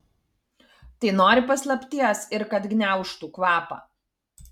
tai nori paslapties ir kad gniaužtų kvapą